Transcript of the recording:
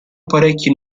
parecchi